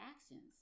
actions